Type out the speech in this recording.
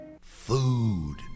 Food